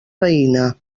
veïna